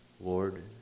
Lord